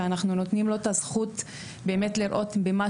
שאנחנו נותנים לו את הזכות באמת לראות את הדבר